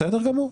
בסדר גמור.